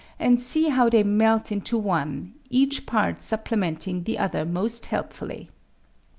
and see how they melt into one, each part supplementing the other most helpfully.